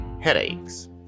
headaches